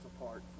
apart